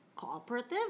cooperative